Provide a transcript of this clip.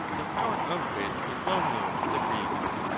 the power of which was well known to the greeks,